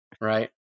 right